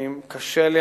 קשה לי,